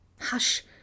Hush